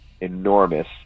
enormous